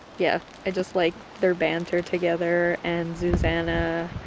yeah i just like their banter together and zuzana,